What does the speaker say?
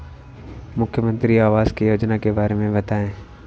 मुख्यमंत्री आवास योजना के बारे में बताए?